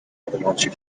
avalanche